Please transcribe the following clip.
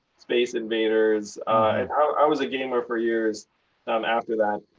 space invaders. and i was a gamer for years um after that.